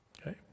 Okay